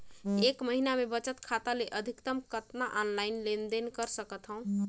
एक महीना मे बचत खाता ले अधिकतम कतना ऑनलाइन लेन देन कर सकत हव?